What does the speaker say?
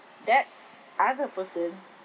that other person